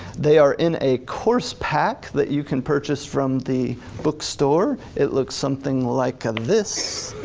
they are in a course pack that you can purchase from the book store. it looks something like this.